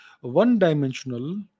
One-dimensional